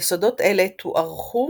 יסודות אלה תוארכו